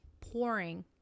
pouring